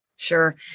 Sure